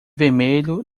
vermelho